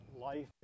life